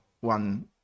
one